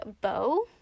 bow